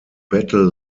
battle